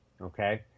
okay